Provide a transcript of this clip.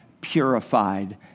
purified